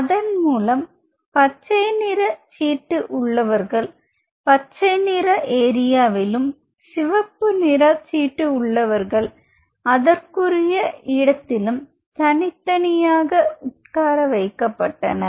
அதன்மூலம் பச்சைநிற சீட்டு உள்ளவர்கள் பச்சை நிறம் ஏரியாவிலும் சிவப்பு நிறத்தில் கூறியவர்கள் அதற்குரிய இடத்திலும் தனித் தனியாக உட்கார வைக்கப்பட்டார்